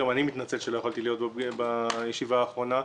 גם אני מתנצל שלא יכולתי להיות בישיבה הקודמת.